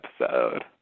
episode